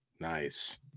Nice